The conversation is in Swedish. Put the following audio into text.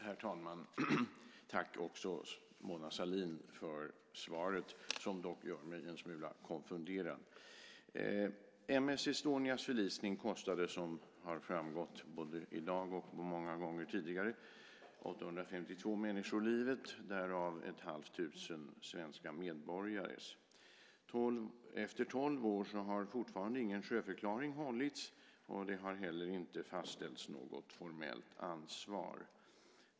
Herr talman! Tack, Mona Sahlin för svaret som dock gör mig en smula konfunderad. M/S Estonias förlisning kostade, som har framgått både i dag och många gånger tidigare, 852 människor livet, därav ett halvt tusen svenska medborgare. Efter tolv år har fortfarande ingen sjöförklaring hållits, och det har heller inte fastställts något formellt ansvar.